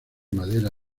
madera